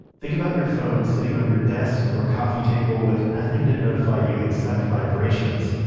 think about your phone sitting on your desk or coffee table with nothing to notify you except vibrations.